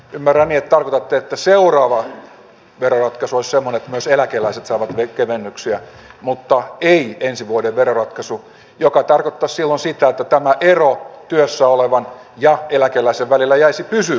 ymmärrän että on tehty seuraavat kerrat osuus on myös eläkeläiset tarkoitukseni oli äänestää ei ensi vuoden veroratkaisu joka tarkoitta siun siitä että tämä ero työssä olevan jo eläkeläisen välillä jäisi pysyy